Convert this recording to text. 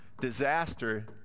disaster